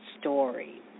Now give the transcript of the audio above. story